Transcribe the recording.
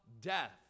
death